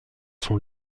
son